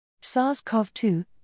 SARS-CoV-2